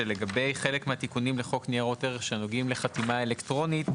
שגבי חלק מהתיקונים לחוק ניירות ערך שנוגעים לחתימה אלקטרונית,